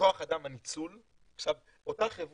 והניצול של כח אדם,